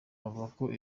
uvuga